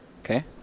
Okay